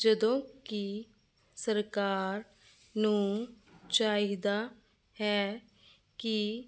ਜਦੋਂ ਕਿ ਸਰਕਾਰ ਨੂੰ ਚਾਹੀਦਾ ਹੈ ਕਿ